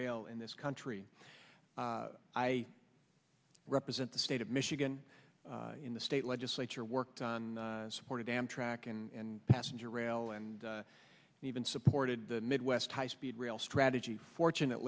rail in this country i represent the state of michigan in the state legislature worked on supported amtrak and passenger rail and even supported the midwest high speed rail strategy fortunate